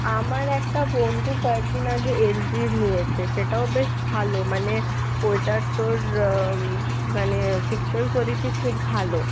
আমার একটা বন্ধু কয়েক দিন আগে এল জির নিয়েছে সেটাও বেশ ভালো মানে ওইটার তোর মানে পিকচার কোয়ালিটি খুব ভালো